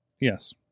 Yes